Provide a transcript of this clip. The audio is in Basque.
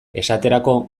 esaterako